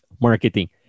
Marketing